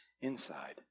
inside